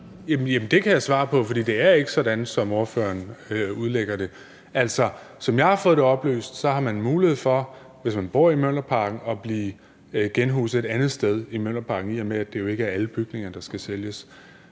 Det kan jeg svare på, for det er ikke sådan, som ordføreren udlægger det. Som jeg har fået det oplyst, har man mulighed for, hvis man bor i Mjølnerparken, at blive genhuset et andet sted i Mjølnerparken, i og med at det jo ikke er alle bygninger, der skal sælges.